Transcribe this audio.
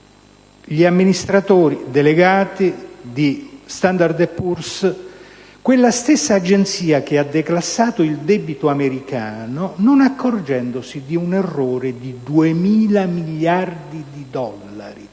l'amministratore delegato di Standard & Poor's, quella stessa agenzia che ha declassato il debito americano non accorgendosi di un errore di 2.000 miliardi di dollari.